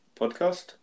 Podcast